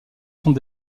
sont